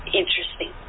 interesting